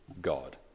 God